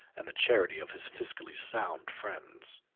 and the charity of his fiscally sound friends.